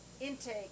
intake